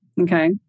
Okay